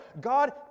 God